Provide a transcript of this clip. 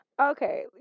Okay